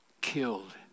killed